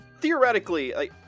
Theoretically